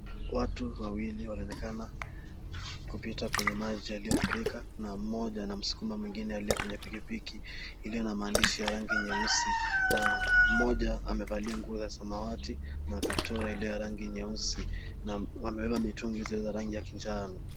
Watu wawili wanaonekana kupita kwenye maji yaliyofurika na mmoja anamsukuma mwingine aliye kwenye pikipiki iliyo na maandishi yenye rangi nyeusi na mmoja amevalia nguo ya samawati na kaptura iliyo ya rangi nyeusi. Wamebeba mitungi ziliyo ya rangi ya kinjano.